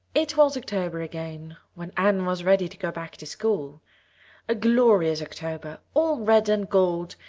it was october again when anne was ready to go back to school a glorious october, all red and gold,